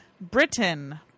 Britain